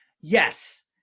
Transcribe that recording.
Yes